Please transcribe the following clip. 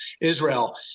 Israel